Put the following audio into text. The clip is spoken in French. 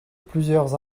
plusieurs